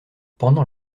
pendant